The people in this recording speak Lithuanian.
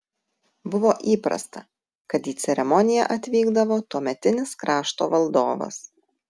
buvo įprasta kad į ceremoniją atvykdavo tuometinis krašto valdovas